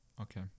Okay